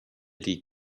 die